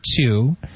two